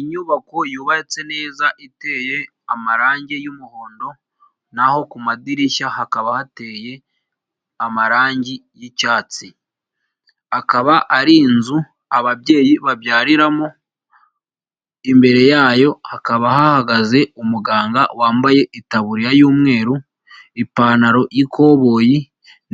Inyubako yubatse neza iteye amarangi y'umuhondo, na ho ku madirishya hakaba hateye amarangi y'icyatsi, akaba ari inzu ababyeyi babyariramo, imbere yayo hakaba hahagaze umuganga wambaye itaburiya y'umweru, ipantaro y'ikoboyi